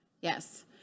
Yes